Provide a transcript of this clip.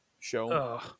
show